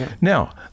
Now